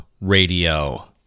Radio